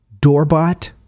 Doorbot